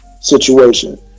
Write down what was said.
situation